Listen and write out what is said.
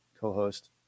co-host